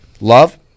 Love